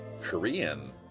korean